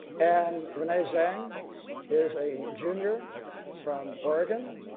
and renee zhang is a junior from oregon.